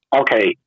okay